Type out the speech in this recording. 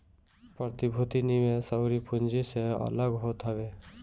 प्रतिभूति निवेश अउरी पूँजी से अलग होत हवे